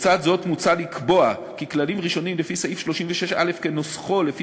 לצד זאת מוצע לקבוע כי כללים ראשונים לפי סעיף 36א כנוסחו לפי